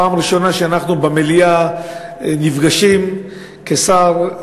פעם ראשונה שאנחנו במליאה נפגשים כשאתה שר,